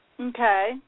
Okay